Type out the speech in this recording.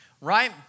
right